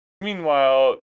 Meanwhile